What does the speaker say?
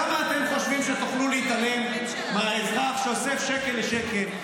כמה אתם חושבים שתוכלו להתעלם מהאזרח שאוסף שקל לשקל,